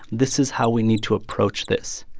this is how we need to approach this.